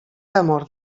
temor